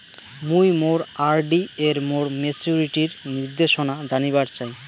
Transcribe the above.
মুই মোর আর.ডি এর মোর মেচুরিটির নির্দেশনা জানিবার চাই